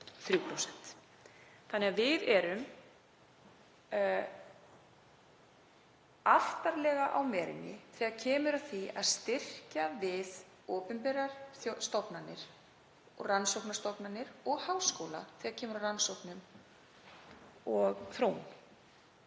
Þannig að við erum aftarlega á merinni þegar kemur að því að styðja við opinberar stofnanir og rannsóknastofnanir og háskóla þegar kemur að rannsóknum og þróun.